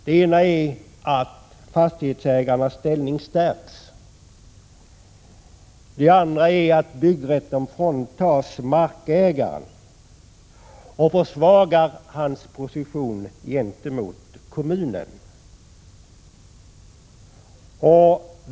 Det ena är att fastighetsägarnas ställning stärks. Det andra är att byggrätten fråntas markägaren och att hans position gentemot kommunen försvagas.